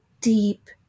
deep